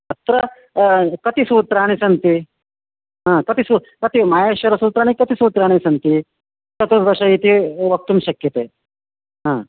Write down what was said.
तत्र कति सूत्राणि सन्ति हा कति सू कति माहेश्वरसूत्राणि कति सूत्राणि सन्ति चतुर्दश इति वक्तुं शक्यते हा